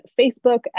Facebook